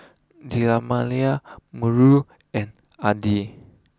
Melur and Adi